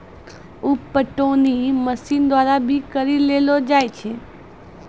उप पटौनी मशीन द्वारा भी करी लेलो जाय छै